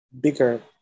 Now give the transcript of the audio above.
bigger